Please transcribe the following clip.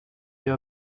you